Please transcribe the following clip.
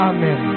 Amen